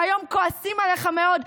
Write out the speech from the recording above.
שהיום כועסים עליך מאוד,